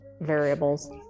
variables